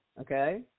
okay